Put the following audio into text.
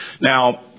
Now